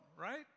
Right